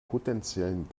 potenziellen